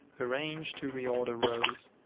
arrange to reorder rows,